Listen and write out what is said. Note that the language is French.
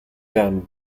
permis